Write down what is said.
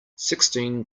sixteen